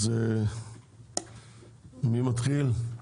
מי מתחיל?